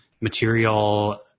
material